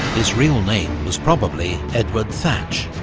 his real name was probably edward thatch,